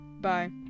Bye